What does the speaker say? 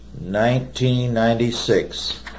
1996